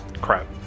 Crap